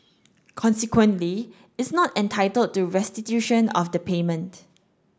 consequently it's not entitled to restitution of the payment